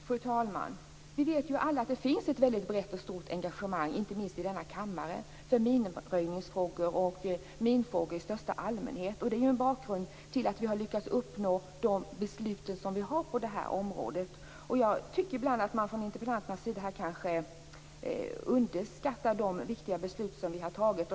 Fru talman! Vi vet ju alla att det finns ett brett och stort engagemang, inte minst i denna kammare, för minröjningsfrågor och minfrågor i största allmänhet. Det är ju en bakgrund till att vi har lyckats uppnå de beslut som vi har på det här området. Jag tycker kanske att interpellanterna ibland underskattar de viktiga beslut som vi har fattat.